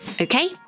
Okay